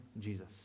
Jesus